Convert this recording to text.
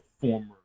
former